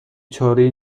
چارهای